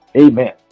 Amen